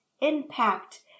impact